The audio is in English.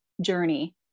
journey